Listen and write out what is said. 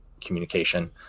communication